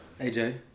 AJ